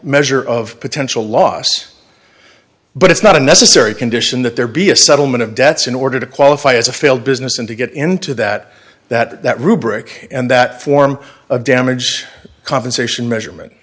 measure of potential loss but it's not a necessary condition that there be a settlement of debts in order to qualify as a failed business and to get into that that rubric and that form of damage compensation measurement